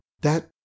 That